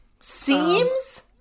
Seems